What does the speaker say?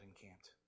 encamped